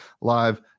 live